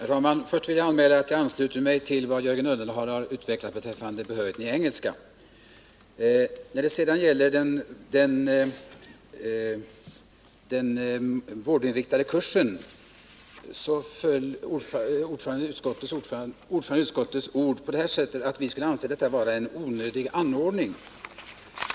Herr talman! Först vill jag anmäla att jag ansluter mig till vad Jörgen Ullenhag uttalat beträffande behörigheten i engelska. När det sedan gäller den vårdinriktade kursen föll utskottsordförandens ord så, att vi skulle anse detta vara en onödig anordning.